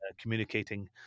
communicating